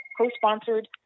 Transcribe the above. co-sponsored